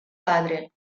padre